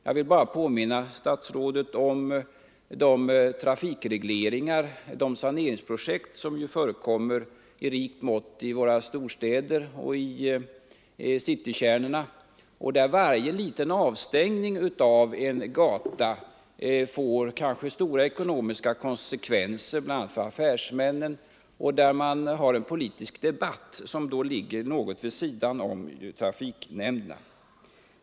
Jag vill bara erinra statsrådet om de trafikregleringar och saneringsprojekt som förekom mer i rikt mått i citykärnorna i våra storstäder, där varje liten avstängning av en gata kan få stora ekonomiska konsekvenser bl.a. för affärsmännen. Där har man nu en politisk debatt som ligger något vid sidan om trafiknämnderna.